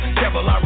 devil